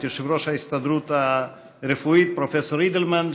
יושב-ראש ההסתדרות הרפואית פרופ' אידלמן,